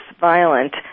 violent